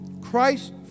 Christ